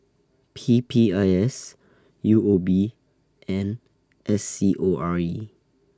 P P I S U O B and S C O R E